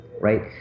right